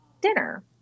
dinner